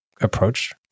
approach